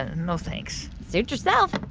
ah no thanks suit yourself